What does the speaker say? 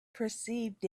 perceived